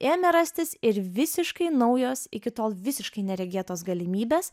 ėmė rastis ir visiškai naujos iki tol visiškai neregėtos galimybės